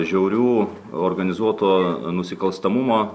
žiaurių organizuoto nusikalstamumo